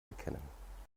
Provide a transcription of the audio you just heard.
erkennen